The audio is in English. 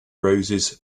roses